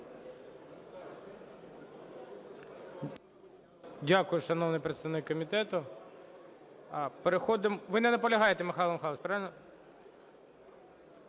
Дякую, шановний представник комітету. Переходимо… Ви не наполягаєте, Михайле Михайловичу, правильно?